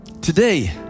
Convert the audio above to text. today